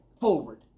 forward